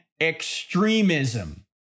extremism